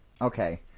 Okay